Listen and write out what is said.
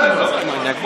מה קרה לכם?